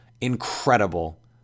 incredible